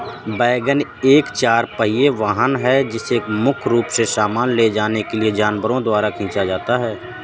wagon एक चार पहिया वाहन है जिसे मुख्य रूप से सामान ले जाने के लिए जानवरों द्वारा खींचा जाता है